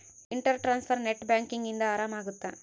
inter transfer net banking ಇಂದ ಆರಾಮ ಅಗುತ್ತ